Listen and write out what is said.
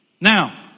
Now